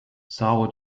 são